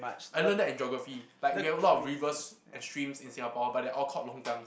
I learnt that in geography like we have a lot of rivers and streams in Singapore but they're all called longkangs